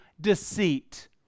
deceit